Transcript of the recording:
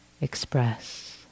express